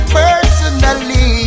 personally